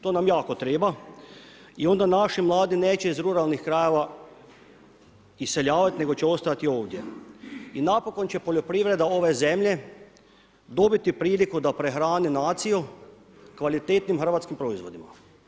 To nam jako treba i onda naši mladi neće iz ruralnih krajeva iseljavati nego će ostajati ovdje i napokon će poljoprivreda ove zemlje dobiti priliku da prehrani naciju kvalitetnim hrvatskim proizvodima.